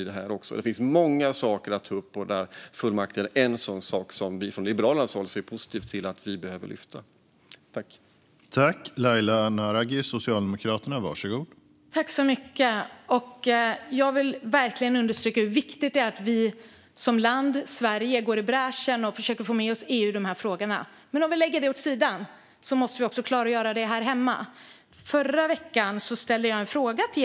Det finns alltså många saker att ta upp, men fullmakter är en sak som vi i Liberalerna ser positivt på att lyfta fram.